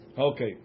Okay